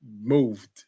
moved